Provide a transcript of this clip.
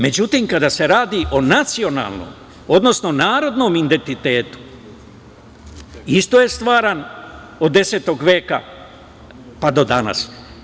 Međutim, kada se radi o nacionalnom, odnosno narodnom identitetu, isto je stvaran od 10. veka pa do danas.